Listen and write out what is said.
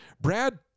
Brad